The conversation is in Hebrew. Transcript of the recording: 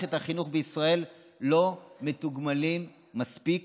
מערכת החינוך בישראל לא מתוגמלים מספיק